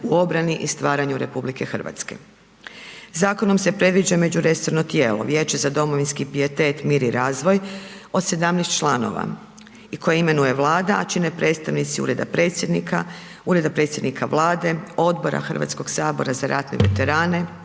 u obrani i stvaranju RH. Zakonom se predviđa međuresorno tijelo Viječe za domovinski pijetet, mir i razvoj od 17 članova i koje imenuje Vlada, a čine predstavnici Ureda Predsjednika, Ureda predsjednika Vlade, Odbora Hrvatskog sabora za ratne veterane,